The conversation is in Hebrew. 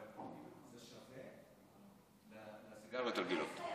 אבל זה שווה לסיגריות רגילות.